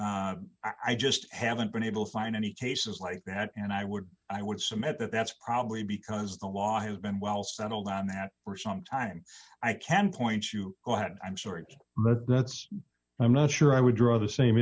church i just haven't been able to find any cases like that and i would i would submit that that's probably because the law has been well settled on that for some time i can point you know what i'm sort of goods i'm not sure i would draw the same